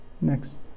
Next